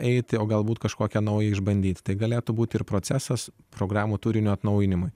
eiti o galbūt kažkokią naują išbandyti tai galėtų būti ir procesas programų turinio atnaujinimui